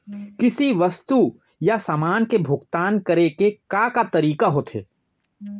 किसी वस्तु या समान के भुगतान करे के का का तरीका ह होथे?